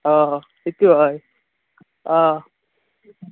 অ' সেইটো হয় অ